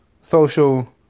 social